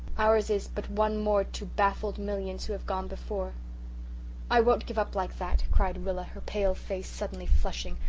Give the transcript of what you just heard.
ours is but one more to baffled millions who have gone before i won't give up like that, cried rilla, her pale face suddenly flushing.